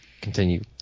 continue